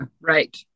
Right